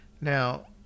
Now